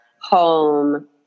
home